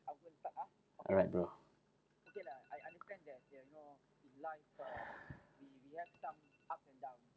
alright bro